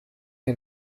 que